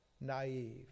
naive